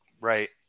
Right